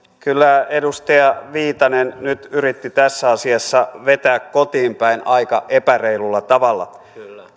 kyllä edustaja viitanen nyt yritti tässä asiassa vetää kotiinpäin aika epäreilulla tavalla